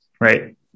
right